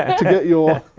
to get your,